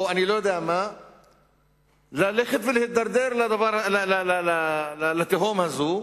אני לא יודע מה ללכת ולהידרדר לתהום הזו,